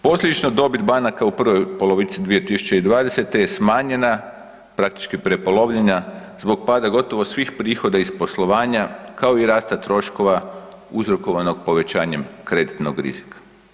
Posljedično dobit banaka u prvoj polovici 2020. je smanjena, praktički prepolovljena zbog pada gotovo svih prihoda iz poslovanja kao i rasta troškova uzrokovanog povećanjem kreditnog rizika.